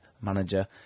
manager